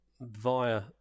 via